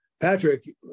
patrick